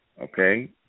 okay